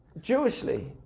Jewishly